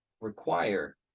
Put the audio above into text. require